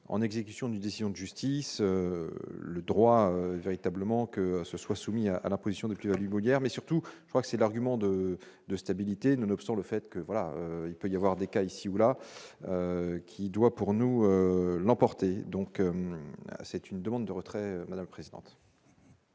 en exécution du décision de justice le le droit véritablement que ce soit soumis à l'imposition des plus values Molière mais surtout je crois que c'est l'argument de de stabilité, nonobstant le fait que voilà, il peut y avoir des cas ici ou là qui doit pour nous l'emporter, donc c'est une demande de retrait de la présidente.